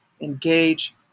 engage